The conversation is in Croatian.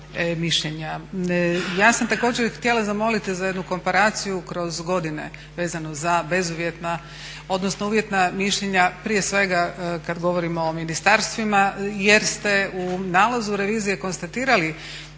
Ja sam također htjela zamoliti za jednu komparaciju kroz godine vezano za bezuvjetna, odnosno uvjetna mišljenja prije svega kada govorimo o ministarstvima jer ste u nalazu revizije konstatirali